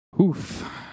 Oof